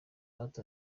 hato